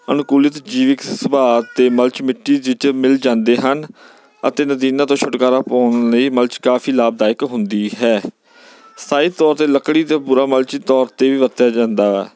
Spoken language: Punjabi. ਅਨਕੂਲਿਤ ਜੀਵਿਕ ਸੁਭਾਅ ਅਤੇ ਮਲਚ ਮਿੱਟੀ ਜਿਹਦੇ ਵਿੱਚ ਮਿਲ ਜਾਂਦੇ ਹਨ ਅਤੇ ਨਦੀਨਾਂ ਤੋਂ ਛੁਟਕਾਰਾ ਪਾਉਣ ਲਈ ਮਲਚ ਕਾਫੀ ਲਾਭਦਾਇਕ ਹੁੰਦੀ ਹੈ ਸਥਾਈ ਤੌਰ 'ਤੇ ਲੱਕੜੀ 'ਤੇ ਬੁਰਾ ਮਲਚ ਤੌਰ 'ਤੇ ਵੀ ਵਰਤਿਆ ਜਾਂਦਾ ਹੈ